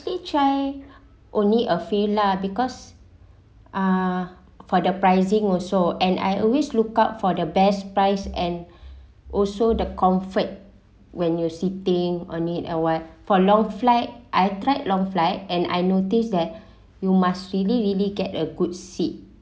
actually try only a few lah because uh for the pricing also and I always lookout for the best price and also the comfort when you're sitting on it or what for long flight I tried long flight and I noticed that you must really really get a good seat